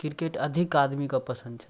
cricket अधिक आदमीके पसन्द छथिन